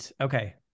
Okay